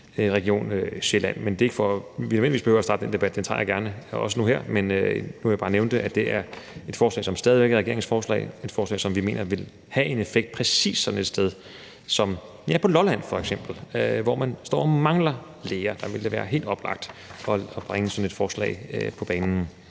Region Sjælland. Det er ikke, fordi vi nødvendigvis behøver at starte den debat – den tager jeg gerne, også nu her – men nu har jeg bare nævnt det, altså at det er et forslag, som stadig væk er regeringens forslag, og et forslag, som vi mener vil have en effekt præcis sådan et sted som Lolland, hvor man står og mangler læger. Der ville det være helt oplagt at bringe sådan et forslag på banen.